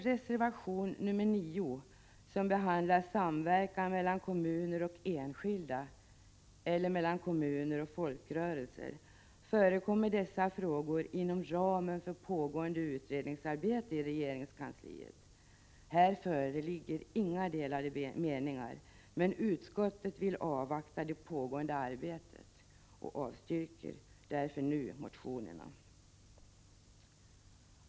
Reservation nr 9 behandlar samverkan mellan kommuner och enskilda eller mellan kommuner och folkrörelser. Dessa frågor förekommer inom ramen för pågående utredningsarbete i regeringskansliet. Här föreligger inga delade meningar, men utskottet vill avvakta det pågående arbetet och avstyrker därför nu motionerna.